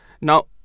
Now